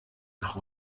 nach